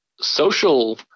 social